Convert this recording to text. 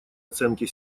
оценке